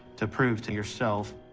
to prove to yourself.